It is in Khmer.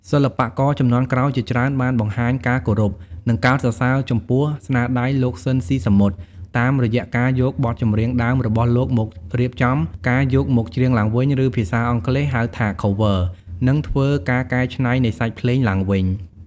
សិល្បករជំនាន់ក្រោយជាច្រើនបានបង្ហាញការគោរព និងកោតសរសើរចំពោះស្នាដៃលោក ស៊ីន ស៊ីសាមុត តាមរយៈការយកបទចម្រៀងដើមរបស់លោកមករៀបចំ ការយកមកច្រៀងឡើងវិញ ឬភាសាអង់គ្លេស ហៅថា Cover និងធ្វើ ការកែច្នៃនៃសាច់ភ្លេងឡើងវិញ ។